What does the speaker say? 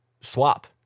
swap